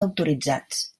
autoritzats